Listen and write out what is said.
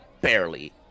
barely